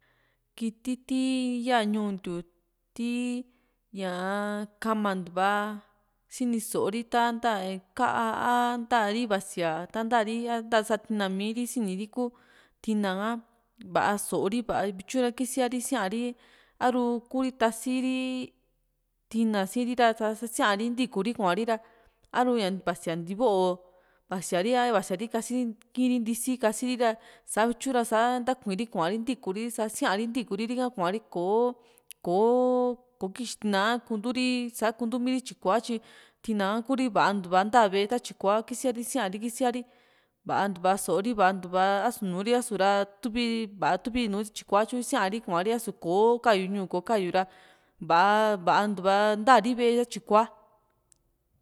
kiti ti yaa ñuu ntiu ti´ñaa kamantua sini so´o ri ta kaá a natri vasiaa ta ntari ntasa tina miiri sini ru kuu tina ka va´a so´o ri va´a vityu ra kisiari saiaa ri aru Kuri tasi ri tina sii ri ra sa siaari ntikuri kuari ra a´ru ña vasia ntiva´o vasiari a vasiari kasiri ki´i ri ntisi kasiri ra sa vityu ra sa ntakuiiri kuari ntikuri sa siaa ri ntikuri ri´a kuari kò´o kò´o kokixi tina kunturi sá kuntumiri tyikua tyi tina ka Kuri va´a ntua nta ve´e ta tyikua kisia ri siaa ri kisiari va´a ntua so´o ri vaantua nù´u ri asu va´a tuvi nu tyikua tyo siari kuari ko kayu ñuu kò´o kayu ra va´a vantua ntaa ri ve´e tyikua